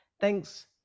Thanks